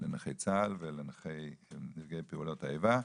לנכי צה"ל ולנפגעי פעולות האיבה.